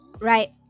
right